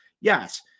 Yes